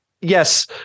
yes